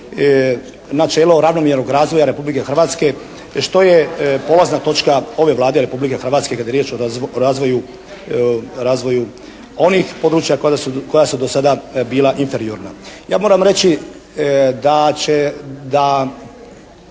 načelo ravnomjernog razvoja Republike Hrvatske što je polazna točka ove Vlade Republike Hrvatske kad je riječ o razvoju onih područja koja su do sada bila inferiorna. Ja moram reći da će, a